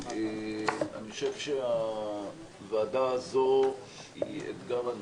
אני חושב שהוועדה הזו היא אתגר ענקי,